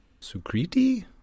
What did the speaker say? Sukriti